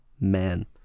man